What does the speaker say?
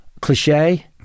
cliche